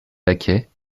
baquets